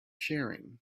sharing